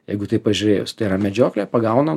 jeigu taip pažiūrėjus tai yra medžioklė pagaunam